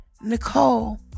Nicole